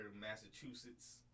Massachusetts